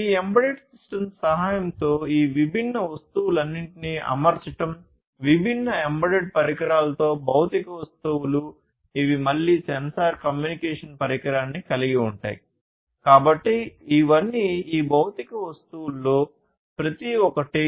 ఈ embedded systems సహాయంతో ఈ విభిన్న వస్తువులన్నింటినీ అమర్చడం విభిన్న ఎంబెడెడ్ పరికరాలతో భౌతిక వస్తువులు ఇవి మళ్ళీ సెన్సార్ల కమ్యూనికేషన్ పరికరాన్ని కలిగి ఉంటాయి కాబట్టి ఇవన్నీ ఈ భౌతిక వస్తువులలో ప్రతి ఒక్కటి